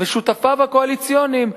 ושותפיו הקואליציוניים,